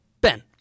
Ben